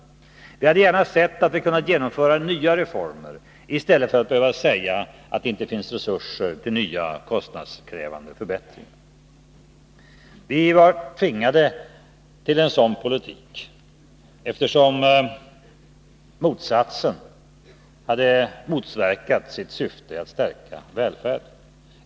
Vi hade gärna sett att vi kunnat genomföra nya reformer i stället för att behöva säga att det inte finns resurser till nya kostnadskrävande förbättringar. Vi var tvingade till en sådan politik, eftersom motsatsen hade motverkat sitt syfte att stärka välfärden.